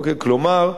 כלומר,